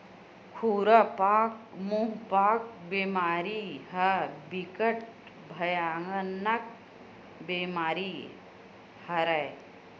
खुरपका मुंहपका बेमारी ह बिकट भयानक बेमारी हरय